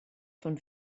von